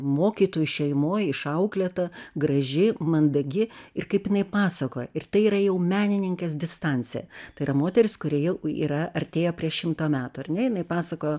mokytojų šeimoj išauklėta graži mandagi ir kaip jinai pasakoja ir tai yra jau menininkės distancija tai yra moteris kuri jau yra artėja prie šimto metų ar ne jinai pasakojo